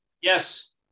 Yes